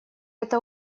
это